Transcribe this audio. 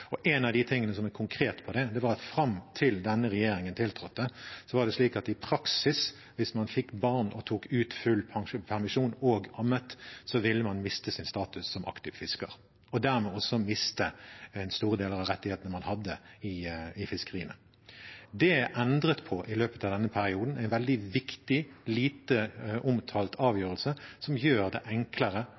En av de tingene som viser dette konkret, var at fram til denne regjeringen tiltrådte, var det slik i praksis at hvis man fikk barn og tok ut full permisjon og ammet, ville man miste sin status som aktiv fisker og dermed også miste store deler av rettighetene man hadde i fiskeriene. Det er endret på i løpet av denne perioden – en veldig viktig, lite omtalt avgjørelse, som gjør det enklere